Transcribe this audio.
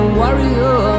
warrior